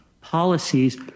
policies